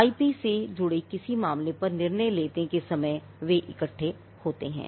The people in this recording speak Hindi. आईपी से जुड़े किसी मामले पर निर्णय लेने के समय वे इकट्ठे होते हैं